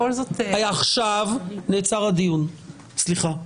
סליחה.